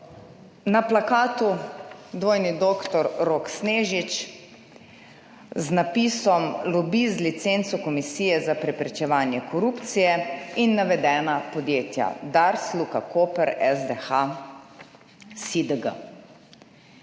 Na plakatu dvojni dr. Rok Snežič z napisom, Lobi z licenco Komisije za preprečevanje korupcije in navedena podjetja, DARS, Luka Koper, SDH, SiDG.